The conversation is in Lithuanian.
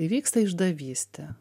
įvyksta išdavystė